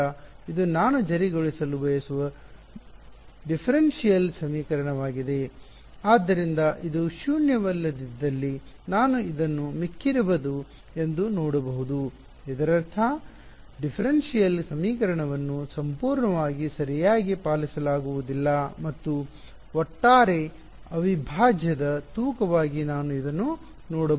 ಆದ್ದರಿಂದ ಇದು ನಾನು ಜಾರಿಗೊಳಿಸಲು ಬಯಸುವ ಭೇದಾತ್ಮಕ ಡಿಫರೆನ್ಶಿಯಲ್ ಸಮೀಕರಣವಾಗಿದೆ ಆದ್ದರಿಂದ ಇದು ಶೂನ್ಯವಲ್ಲದಿದ್ದಲ್ಲಿ ನಾನು ಇದನ್ನು ಕಳೆದುಳಿದಮಿಕ್ಕಿರುವ ದು ಎಂದು ನೋಡಬಹುದು ಇದರರ್ಥ ಭೇದಾತ್ಮಕಡಿಫರೆನ್ಶಿಯಲ್ ಸಮೀಕರಣವನ್ನು ಸಂಪೂರ್ಣವಾಗಿ ಸರಿಯಾಗಿ ಪಾಲಿಸಲಾಗುವುದಿಲ್ಲ ಮತ್ತು ಈ ಒಟ್ಟಾರೆ ಅವಿಭಾಜ್ಯದ ತೂಕವಾಗಿ ನಾನು ಇದನ್ನು ನೋಡಬಹುದು